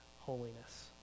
holiness